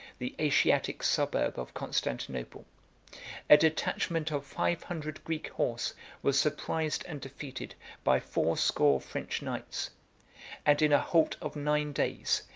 the asiatic suburb of constantinople a detachment of five hundred greek horse was surprised and defeated by fourscore french knights and in a halt of nine days,